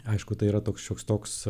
aišku tai yra toks šioks toks